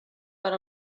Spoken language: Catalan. per